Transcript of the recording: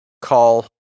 call